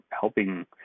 helping